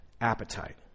appetite